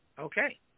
Okay